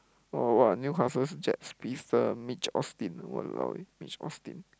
oh what Newcastle Jets speedster Mitch-Austin !walao! eh Mitch-Austin